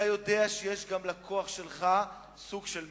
אתה יודע שיש גם לכוח שלך סוג של מידה.